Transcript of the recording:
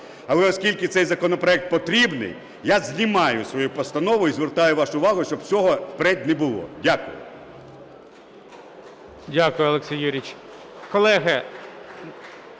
Але, оскільки цей законопроект потрібний, я знімаю свою постанову і звертаю вашу увагу, щоб цього наперед не було. Дякую.